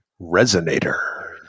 Resonator